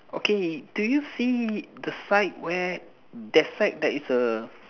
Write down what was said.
okay do you see the side where that side that is a